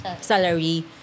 salary